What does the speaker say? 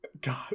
God